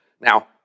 Now